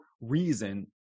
reason